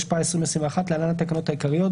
התשפ"א-2021 (להלן התקנות העיקריות),